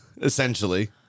essentially